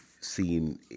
seen